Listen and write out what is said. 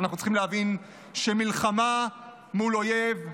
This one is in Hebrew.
אנחנו צריכים להבין שמלחמה היא מול אויב,